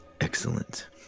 Excellent